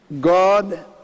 god